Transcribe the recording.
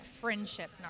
friendship